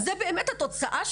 זו באמת התוצאה?!